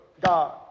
God